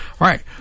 Right